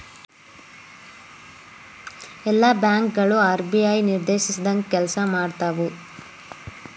ಎಲ್ಲಾ ಬ್ಯಾಂಕ್ ಗಳು ಆರ್.ಬಿ.ಐ ನಿರ್ದೇಶಿಸಿದಂಗ್ ಕೆಲ್ಸಾಮಾಡ್ತಾವು